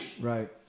Right